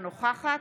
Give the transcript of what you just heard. אינה נוכחת